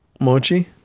Mochi